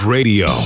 Radio